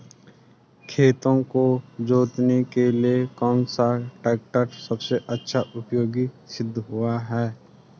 खेतों को जोतने के लिए कौन सा टैक्टर सबसे अच्छा उपयोगी सिद्ध हुआ है?